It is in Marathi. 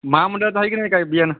महामुंड्यात ह क ना काही बियाणं